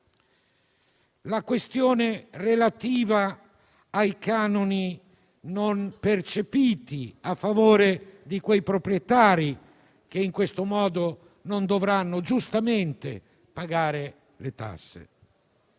la questione relativa ai canoni non percepiti a favore di quei proprietari che, in questo modo, non dovranno, giustamente, pagare le tasse: